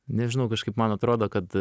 nežinau kažkaip man atrodo kad